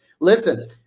Listen